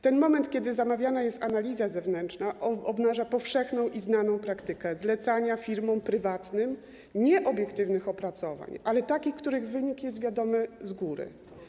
Ten moment, kiedy zamawiana jest analiza zewnętrzna, obnaża powszechną i znaną praktykę zlecania firmom prywatnym nie obiektywnych opracowań, ale takich, których wynik jest wiadomy z góry.